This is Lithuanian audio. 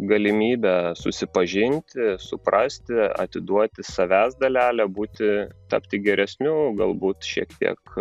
galimybę susipažinti suprasti atiduoti savęs dalelę būti tapti geresniu galbūt šiek tiek